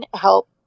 help